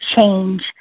change